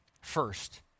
first